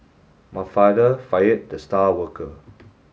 my father fired the star worker